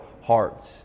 hearts